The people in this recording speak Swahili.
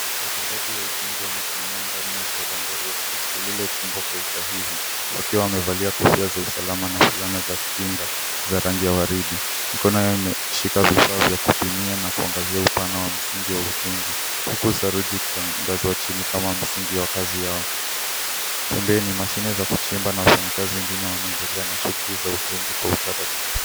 Watendaji wa ujenzi wamesimama ndani ya korongo refu lililochimbwa kwa usahihi, wakiwa wamevalia kofia za usalama na fulana za kinga za rangi ya waridi. Mkono yao imeshika vifaa vya kupimia na kuangazia upana wa msingi wa ujenzi, huku saruji ikitandazwa chini kama msingi wa kazi yao. Pembeni, mashine za kuchimba na wafanyikazi wengine wanaendelea na shughuli za ujenzi kwa utaratibu.